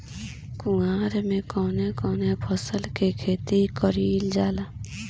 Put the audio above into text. कुवार में कवने कवने फसल के खेती कयिल जाला?